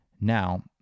Now